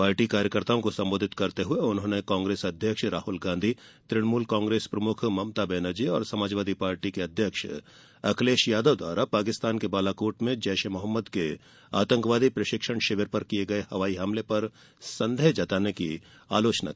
party कार्यकर्ताओं को संबोधित करते हुए उन्होंने कांग्रेस अध्यक्ष राहुल गांधी तुणमूल कांग्रेस प्रमुख ममता बनर्जी और समाजवादी पार्टी के अध्यगक्ष अखिलेश यादव द्वारा पाकिस्तान के बालाकोट में जैश ए मोहम्मद के आतंकवादी प्रशिक्षण शिविर पर किये गये हवाई हमले पर संदेह जताने पर आलोचना की